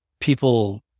people